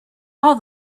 all